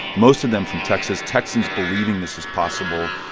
most of them from texas texans believing this is possible.